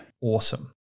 awesome